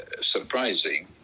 surprising